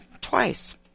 twice